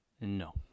No